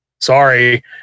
Sorry